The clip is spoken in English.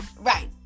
right